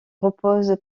repose